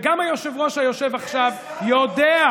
וגם היושב-ראש היושב עכשיו יודע,